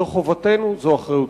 זו חובתנו, זו אחריותנו.